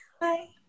Bye